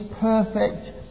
perfect